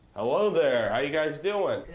hello there, how you guys doing?